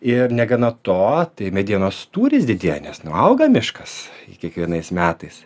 ir negana to tai medienos tūris didėja nes auga miškas kiekvienais metais